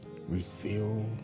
reveal